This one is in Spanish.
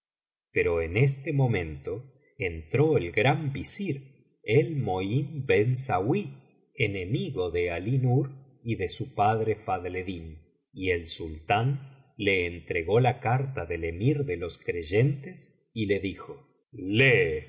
pero en este momento entró el gran visir elmohin ben sauí enemigo de alí nur y de su padre fadleddín y el sultán le entregó la carta del emir de los creyentes y le dijo lee el